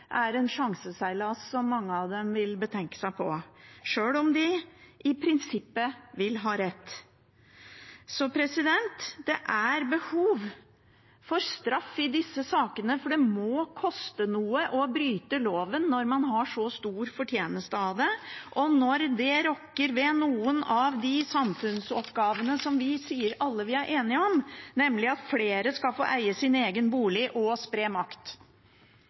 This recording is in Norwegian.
er en sjanseseilas som mange av dem vil betenke seg på, sjøl om de i prinsippet vil ha rett. Det er behov for straff i disse sakene, for det må koste noe å bryte loven når man har så stor fortjeneste av det, og når det rokker ved noen av de samfunnsoppgavene som vi alle sier vi er enige om, nemlig at flere skal få eie sin egen bolig og å spre makt.